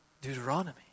Deuteronomy